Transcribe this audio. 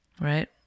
right